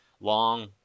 long